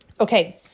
Okay